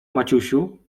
maciusiu